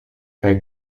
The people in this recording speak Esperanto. kaj